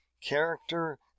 character